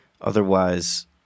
otherwise